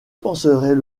penserait